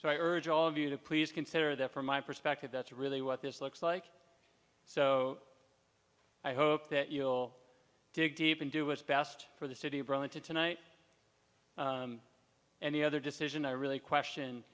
please consider that from my perspective that's really what this looks like so i hope that you'll dig deep and do what's best for the city of burlington tonight and the other decision i really question